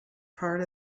part